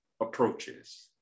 approaches